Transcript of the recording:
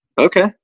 Okay